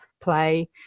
play